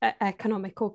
economic